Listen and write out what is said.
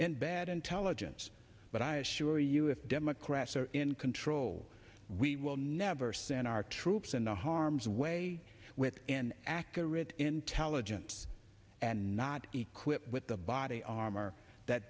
in bad intelligence but i assure you if democrats are in control we will never send our troops into harm's way with an accurate intelligence and not equipped with the body armor that